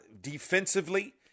defensively